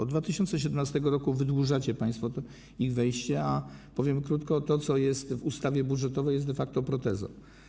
Od 2017 r. wydłużacie państwo ich wejście w życie, a powiem krótko: to, co jest w ustawie budżetowej, jest de facto protezą.